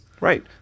Right